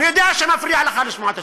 אני יודע שמפריע לך לשמוע על השוויון.